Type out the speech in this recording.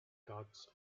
gods